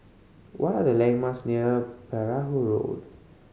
what are the landmarks near Perahu Road